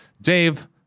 Dave